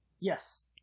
Yes